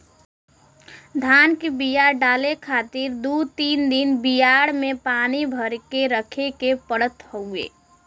धान के बिया डाले खातिर दू तीन दिन बियाड़ में पानी भर के रखे के पड़त हउवे